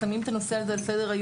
שמים את הנושא הזה על סדר-היום.